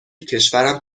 کشورم